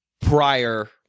prior